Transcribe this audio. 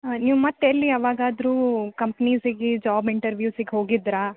ಆಂ ನೀವು ಮತ್ತೆ ಎಲ್ಲಿ ಯಾವಾಗಾದರೂ ಕಂಪ್ನೀಸಿಗೆ ಜಾಬ್ ಇಂಟರ್ವ್ಯೂವ್ಸಿಗೆ ಹೋಗಿದ್ದೀರಾ